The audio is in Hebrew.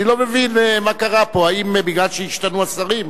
אני לא מבין מה קרה פה, האם בגלל שהשתנו השרים?